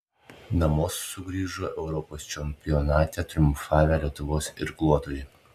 namo sugrįžo europos čempionate triumfavę lietuvos irkluotojai